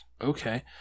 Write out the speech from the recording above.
okay